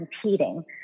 competing